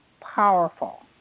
powerful